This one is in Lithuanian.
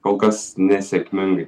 kol kas nesėkmingai